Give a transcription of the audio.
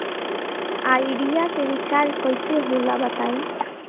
Idea के recharge कइसे होला बताई?